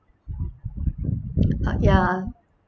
uh ya